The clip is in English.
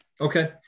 Okay